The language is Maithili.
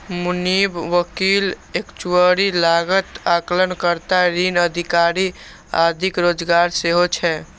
मुनीम, वकील, एक्चुअरी, लागत आकलन कर्ता, ऋण अधिकारी आदिक रोजगार सेहो छै